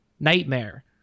Nightmare